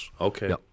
Okay